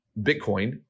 Bitcoin